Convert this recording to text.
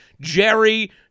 Jerry